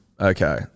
Okay